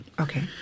Okay